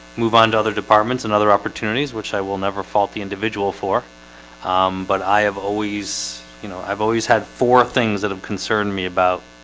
move on to other departments and other opportunities, which i will never fault the individual for but i have always you know, i've always had four things that have concerned me about